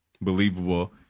believable